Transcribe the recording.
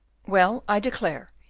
well, i declare,